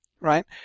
right